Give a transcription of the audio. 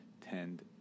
tend